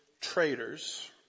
traitors